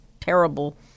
terrible